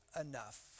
enough